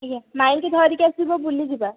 ଆଜ୍ଞା ମାଇଁଙ୍କି ଧରିକି ଆସିବ ବୁଲି ଯିବା